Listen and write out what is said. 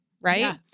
right